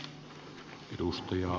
herra puhemies